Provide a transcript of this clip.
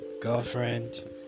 girlfriend